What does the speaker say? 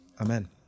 Amen